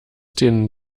den